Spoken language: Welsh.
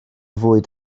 fwyd